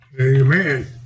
Amen